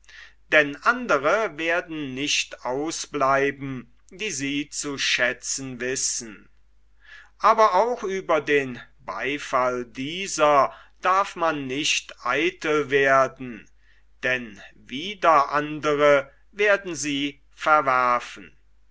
denn andre werden nicht ausbleiben die sie zu schätzen wissen aber auch über den beifall dieser darf man nicht eitel werden denn wieder andre werden sie verwerfen